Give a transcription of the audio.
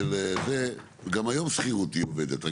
גם היום שכירות היא עובדת,